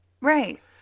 Right